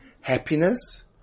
Happiness